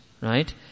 right